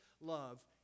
love